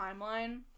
timeline